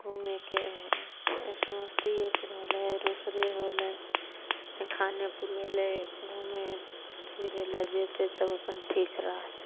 घुमैके हइ समस्तिएपुर होलै रोसड़े होलै या खानेपुर भेलै घुमै फिरैलए जएतै तब अपन ठीक रहतै